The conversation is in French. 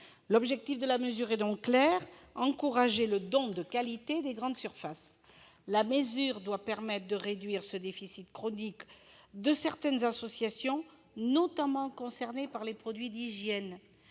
L'objectif de la mesure est clair : encourager le don de qualité des grandes surfaces. Il s'agit de réduire le déficit chronique de certaines associations, notamment en produits d'hygiène.